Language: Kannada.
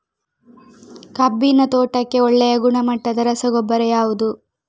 ಕಬ್ಬಿನ ತೋಟಕ್ಕೆ ಒಳ್ಳೆಯ ಗುಣಮಟ್ಟದ ರಸಗೊಬ್ಬರ ಯಾವುದು?